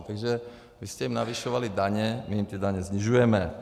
Takže vy jste jim navyšovali daně, my jim ty daně snižujeme.